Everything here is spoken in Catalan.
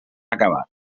acabat